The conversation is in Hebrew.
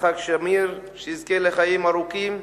יצחק שמיר, שיזכה לחיים ארוכים.